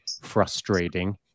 frustrating